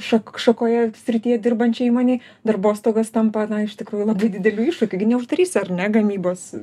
šak šakoje srityje dirbančiai įmonei darbostogos tampa iš tikrųjų labai dideliu iššūkiu gi neuždarysi ar ne gamybos